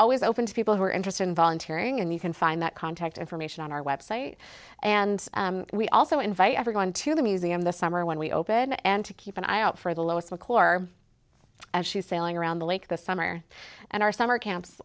always open to people who are interested in volunteering and you can find that contact information on our website and we also invite everyone to the museum this summer when we open and to keep an eye out for the lowest score and she's sailing around the lake this summer and our summer camps